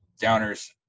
Downers